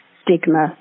stigma